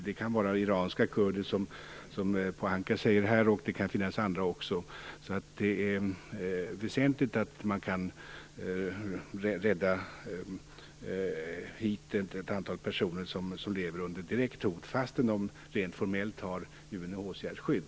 Det kan vara iranska kurder, som Ragnhild Pohanka talar om, och det finns även andra. Det är väsentligt att kunna rädda ett antal personer till Sverige som lever under direkt hot, trots att de rent formellt har UNHCR:s skydd.